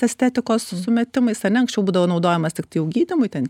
estetikos sumetimais ane anksčiau būdavo naudojamas tiktai jau gydymui ten